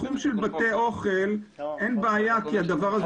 בתחום של בתי אוכל אין בעיה כי הדבר הזה